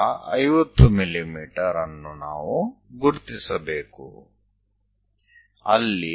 પછી 50 mm આપણે સ્થિત કરવું પડશે